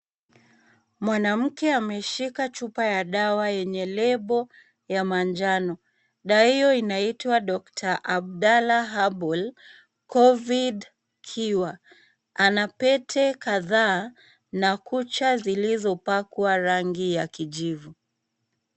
Mwanamke ameshika chupa ya dawa yenye lebo ya manjano. Dawa hiyo inaitwa Dr. Abdellah Herbal Covid-Cure. Ana pete kadhaa na kucha zilizopakwa rangi ya kijivu.